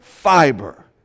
fiber